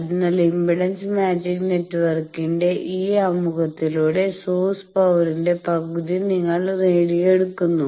അതിനാൽ impedance matching നെറ്റ്വർക്കിന്റെ ഈ ആമുഖത്തിലൂടെ സോഴ്സ് പവറിന്റെ പകുതി നിങ്ങൾ നേടിയെടുക്കുന്നു